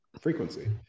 frequency